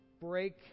break